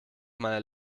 meiner